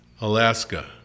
Alaska